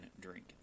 drink